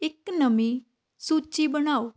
ਇੱਕ ਨਵੀਂ ਸੂਚੀ ਬਣਾਓ